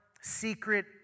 secret